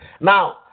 Now